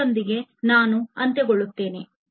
ಇದರೊಂದಿಗೆ ನಾವು ಅಂತ್ಯಗೊಳ್ಳುತ್ತೇವೆ